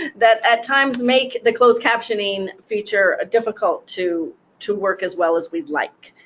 that at times make the closed captioning feature ah difficult to to work as well as we'd like.